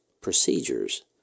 procedures